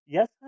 Yes